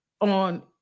on